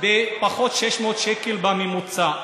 פחות 600 שקל בממוצע.